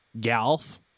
Golf